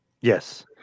yes